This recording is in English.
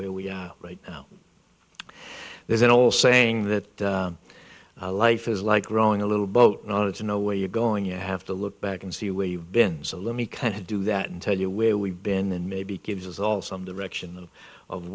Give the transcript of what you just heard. where we are right now there's an old saying that a life is like growing a little boat and i wanted to know where you're going you have to look back and see where you've been so let me kind of do that and tell you where we've been and maybe gives us all some direction of